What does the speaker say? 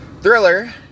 Thriller